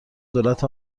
دولت